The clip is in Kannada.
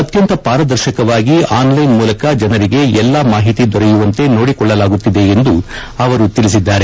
ಅತ್ಯಂತ ಪಾರದರ್ಶಕವಾಗಿ ಆನ್ಲೈನ್ ಮೂಲಕ ಜನರಿಗೆ ಎಲ್ಲಾ ಮಾಹಿತಿ ದೊರೆಯುವಂತೆ ನೋಡಿಕೊಳ್ಳಲಾಗುತ್ತಿದೆ ಎಂದು ಅವರು ಹೇಳಿದ್ದಾರೆ